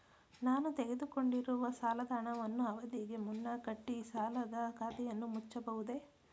ನಾನು ತೆಗೆದುಕೊಂಡಿರುವ ಸಾಲದ ಹಣವನ್ನು ಅವಧಿಗೆ ಮುನ್ನ ಕಟ್ಟಿ ಸಾಲದ ಖಾತೆಯನ್ನು ಮುಚ್ಚಬಹುದೇ?